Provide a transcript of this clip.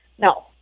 No